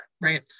right